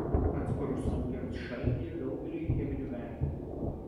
atsparus smūgiams šaltyje daugeliui cheminių medžiagų